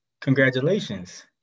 Congratulations